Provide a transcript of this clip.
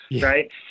right